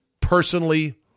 personally